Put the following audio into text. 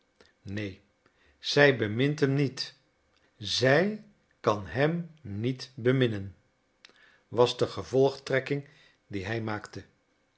neen zij bemint hem niet zij kan hem niet beminnen was de gevolgtrekking die hij maakte